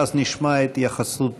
ואז נשמע את התייחסות